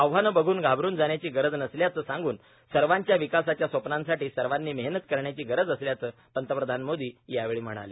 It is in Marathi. आव्याने बघून घावस्न जाण्याची गरज नसल्याचे सांगून सर्वाच्या विकासाच्या स्वप्नासाठी सर्वांनी मेहनत करण्याची गरज असल्याचं पंतप्रधान मोदी यावेळी म्हणाले